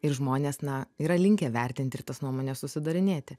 ir žmonės na yra linkę vertinti ir tas nuomones susidarinėti